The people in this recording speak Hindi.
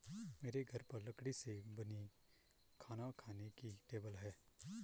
मेरे घर पर लकड़ी से बनी खाना खाने की टेबल है